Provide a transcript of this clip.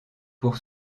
pour